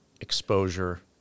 exposure